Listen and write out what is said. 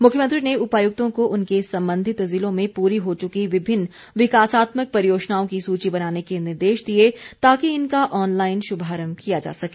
मुख्यमंत्री ने उपायुक्तों को उनके संबंधित ज़िलों में पूरी हो चुकी विभिन्न विकासात्मक परियोजनाओं की सूची बनाने के निर्देश दिए ताकि इनका ऑनलाईन शुभारंभ किया जा सके